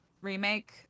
remake